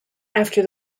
after